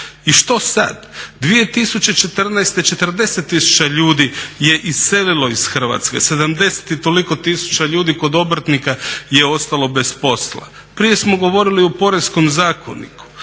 I što sad? 2014. 40 tisuća ljudi je iselilo iz Hrvatske, 70 i toliko tisuća ljudi kod obrtnika je ostalo bez posla. Prije smo govorili o Poreznom zakoniku,